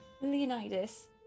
Leonidas